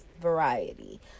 variety